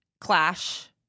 clash